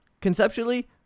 Conceptually